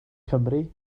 cymry